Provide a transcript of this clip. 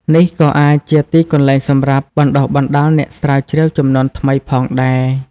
នេះក៏អាចជាទីកន្លែងសម្រាប់បណ្ដុះបណ្ដាលអ្នកស្រាវជ្រាវជំនាន់ថ្មីផងដែរ។